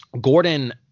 Gordon